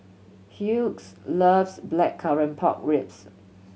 Hughes loves Blackcurrant Pork Ribs